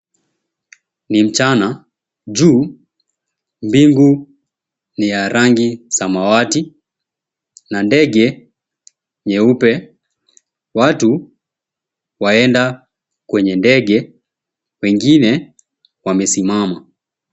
Ni mchana, juu mbingu ni ya rangi samawati na ndege nyeupe. Watu waenda kwenye ndege wengine wamesimama.